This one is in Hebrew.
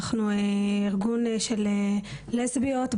אנחנו ארגון של לסביות,